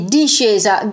discesa